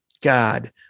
God